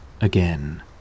again